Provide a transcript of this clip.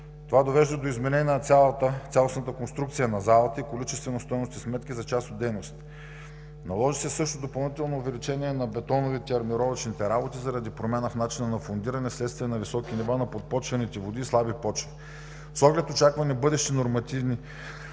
Това довежда до изменение на цялостната конструкция на залата и количествено-стойностни сметки за част от дейностите. Наложи се също допълнително увеличение на бетоновите и армировъчните работи заради промяна в начина на фундиране вследствие на високи нива на подпочвените води и слаби почви. (Председателят дава